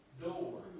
door